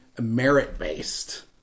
merit-based